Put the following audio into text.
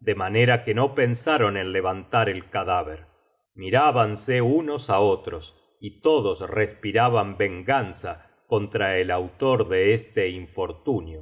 de manera que no pensaron en levantar el cadáver mirábanse unos á otros y todos respiraban venganza contra el autor de este infortunio